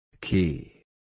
Key